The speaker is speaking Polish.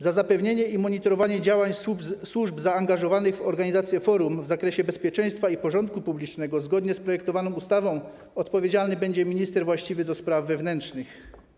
Za zapewnienie i monitorowanie działań służb zaangażowanych w organizację forum w zakresie bezpieczeństwa i porządku publicznego zgodnie z projektowaną ustawą odpowiedzialny będzie minister właściwy do spraw wewnętrznych.